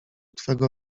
twego